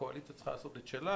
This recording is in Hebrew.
הקואליציה צריכה לעשות את שלה,